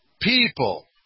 people